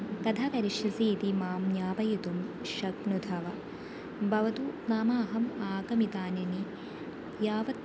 तथा करिष्यसि इति मां ज्ञापयितुं शक्नोति वा भवतः नाम अहम् आगामिदिनानि यावत्